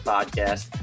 Podcast